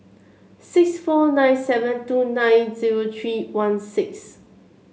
six four nine seven two nine zero three one six